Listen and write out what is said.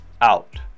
out